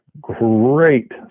great